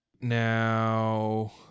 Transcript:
Now